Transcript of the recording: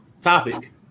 topic